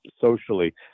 socially